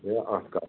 گٔے اَکھ کَتھ